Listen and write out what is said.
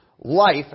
life